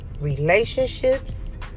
relationships